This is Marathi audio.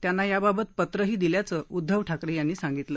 त्यांना याबाबत पत्रही दिल्याचं उद्धव यांनी सांगितलं